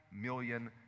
million